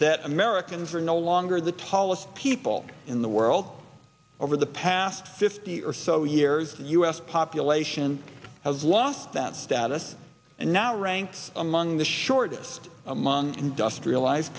that americans are no longer the tallest people in the world over the past fifty or so years the u s population has lost that status and now ranks among the shortest among industrialized